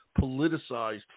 politicized